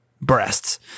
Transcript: breasts